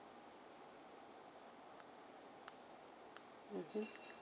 mmhmm